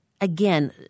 Again